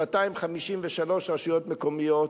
253 רשויות מקומיות,